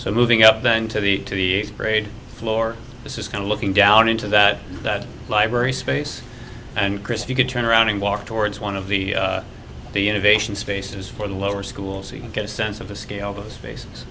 so moving up then to the to the grade floor this is kind of looking down into that that library space and chris you could turn around and walk towards one of the innovation spaces for the lower school so you can get a sense of the scale those face